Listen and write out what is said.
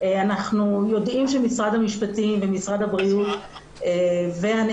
אנחנו יודעים שמשרד המשפטים ומשרד הבריאות ואני,